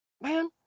man